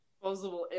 disposable